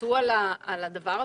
שיכסו על הדבר הזה?